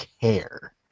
care